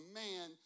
man